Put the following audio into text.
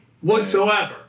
whatsoever